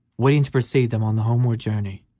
waiting to precede them on the homeward journey,